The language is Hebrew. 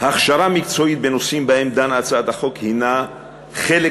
הכשרה מקצועית בנושאים שבהם דנה הצעת החוק הנה חלק